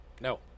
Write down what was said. No